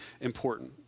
important